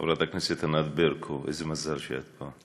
חברת הכנסת ענת ברקו, איזה מזל שאת פה.